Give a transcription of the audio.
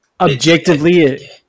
objectively